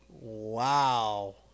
Wow